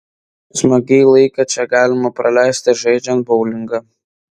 smagiai laiką čia galima praleisti ir žaidžiant boulingą